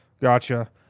Gotcha